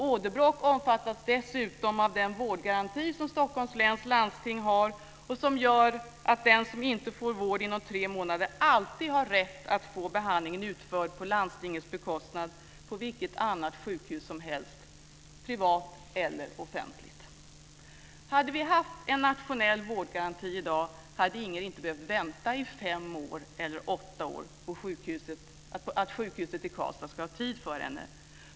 Åderbråck omfattas dessutom av den vårdgaranti som Stockholms läns landsting har och som gör att den som inte får vård inom tre månader alltid har rätt att få behandlingen utförd på landstingets bekostnad vid vilket annat sjukhus som helst, privat eller offentligt. Hade vi haft en nationell vårdgaranti i dag hade Inger inte behövt vänta i fem eller åtta år för att sjukhuset i Karlstad ska ha tid för henne.